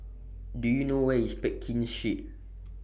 Do YOU know Where IS Pekin Street